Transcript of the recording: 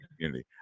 community